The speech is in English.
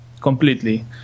completely